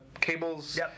cables